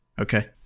Okay